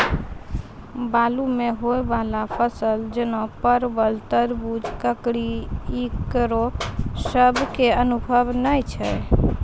बालू मे होय वाला फसल जैना परबल, तरबूज, ककड़ी ईकरो सब के अनुभव नेय छै?